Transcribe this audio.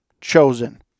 chosen